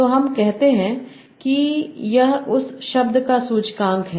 तो हम कहते हैं कि यह उस शब्द का सूचकांक है